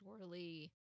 surely